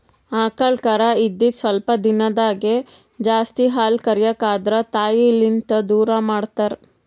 ಆಕಳ್ ಕರಾ ಇದ್ದಿದ್ ಸ್ವಲ್ಪ್ ದಿಂದಾಗೇ ಜಾಸ್ತಿ ಹಾಲ್ ಕರ್ಯಕ್ ಆದ್ರ ತಾಯಿಲಿಂತ್ ದೂರ್ ಮಾಡ್ತಾರ್